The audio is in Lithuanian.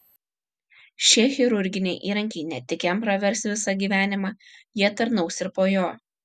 šie chirurginiai įrankiai ne tik jam pravers visą gyvenimą jie tarnaus ir po jo